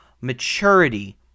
maturity